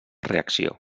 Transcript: reacció